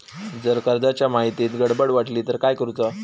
जर कर्जाच्या माहितीत गडबड वाटली तर काय करुचा?